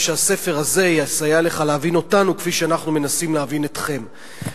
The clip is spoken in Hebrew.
זה ספר מצוין, אני יכול להמליץ לך, דודו רותם.